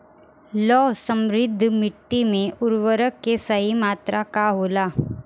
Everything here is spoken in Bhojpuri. लौह समृद्ध मिट्टी में उर्वरक के सही मात्रा का होला?